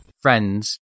friends